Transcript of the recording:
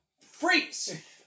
Freeze